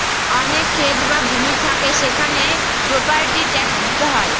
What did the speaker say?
অনেক ক্ষেত বা ভূমি থাকে সেখানে প্রপার্টি ট্যাক্স দিতে হয়